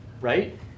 right